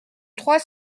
trois